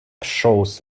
shows